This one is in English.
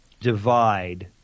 divide